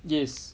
yes